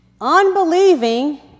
unbelieving